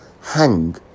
hang